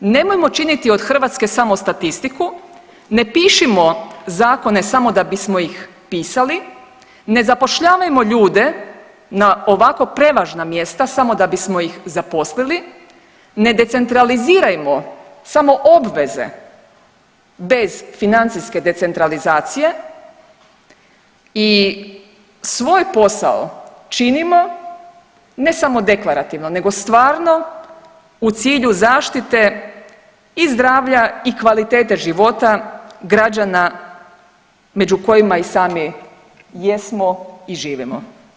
Nemojmo činiti od Hrvatske samo statistiku, ne pišimo zakone samo da bismo ih pisali, ne zapošljavajmo ljude na ovako prevažna mjesta samo da bismo ih zaposlili, ne decentralizirajmo samo obveze bez financijske decentralizacije i svoj posao činimo, ne samo deklarativno, nego stvarno u cilju zaštite i zdravlja i kvalitete života građana, među kojima i sami jesmo i živimo.